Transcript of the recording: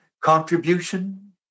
contribution